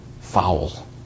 foul